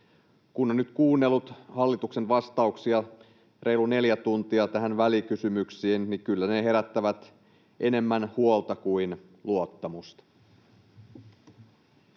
Kun on nyt kuunnellut hallituksen vastauksia reilu neljä tuntia tähän välikysymykseen, niin kyllä ne herättävät enemmän huolta kuin luottamusta.